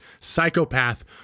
psychopath